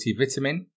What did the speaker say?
multivitamin